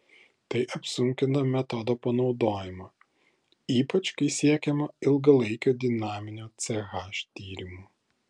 tai apsunkina metodo panaudojimą ypač kai siekiama ilgalaikio dinaminio ch tyrimo